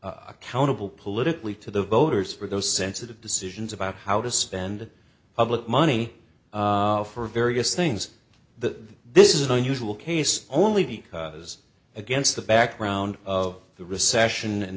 accountable politically to the voters for those sensitive decisions about how to spend public money for various things this is unusual case only because against the background of the recession and